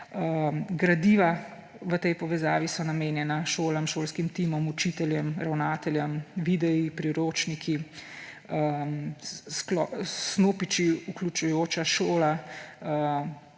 Gradiva v tej povezavi so namenjena šolam, šolskimi timom, učiteljem, ravnateljem: videi, priročniki, snopiči Vključujoča šola,